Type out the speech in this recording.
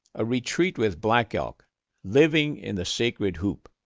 a retreat with black elk living in the sacred hoop.